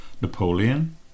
Napoleon